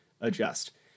adjust